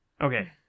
Okay